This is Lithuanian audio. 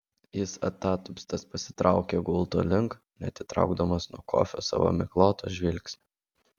jis atatupstas pasitraukė gulto link neatitraukdamas nuo kofio savo migloto žvilgsnio